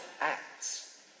acts